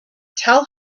tell